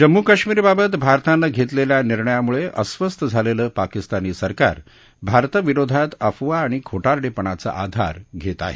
जम्मू कश्मिरबाबत भारतानं घेतलेल्या निर्णयामुळे अस्वस्थ झालेलं पाकिस्तानी सरकार भारताविरोधात अफवा आणि खोटारडेपणाचा आधार घेत आहे